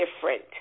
different